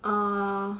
uh